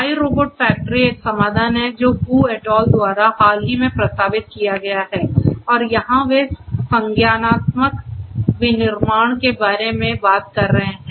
iRobot factory एक समाधान है जो Hu et al द्वारा हाल ही में प्रस्तावित किया गया है और यहाँ वे संज्ञानात्मक विनिर्माण के बारे में बात कर रहे हैं